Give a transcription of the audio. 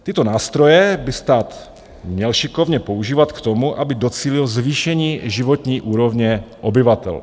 Tyto nástroje by stát měl šikovně používat k tomu, aby docílil zvýšení životní úrovně obyvatel.